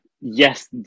Yes